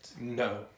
No